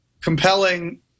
compelling